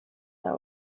are